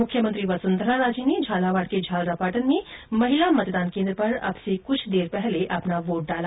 मुख्यमंत्री वसुंधरा राजे ने झालावाड़ के झालरापाटन में महिला मतदान केन्द्र पर अब से कुछ दर पहले अपना वोट डाला